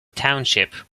township